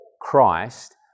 Christ